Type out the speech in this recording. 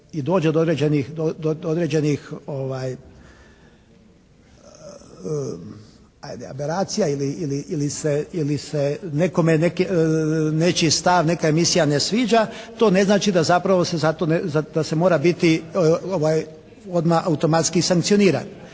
i dođe do određenih, ajde, aberacija ili se nekome nečiji stav, nečija emisija ne sviđa to ne znači da zapravo se za to, da se mora biti odmah automatski sankcioniran.